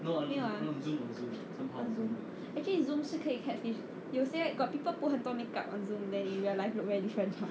没有啊 actually zoom 是可以 catfish 有些 got people put 很多 makeup on zoom then in real life look very different hor